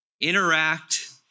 Interact